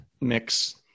mix